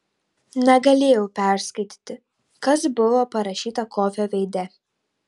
negalėjau perskaityti kas buvo parašyta kofio veide